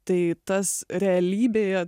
tai tas realybėje